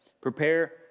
Prepare